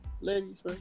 Ladies